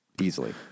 Easily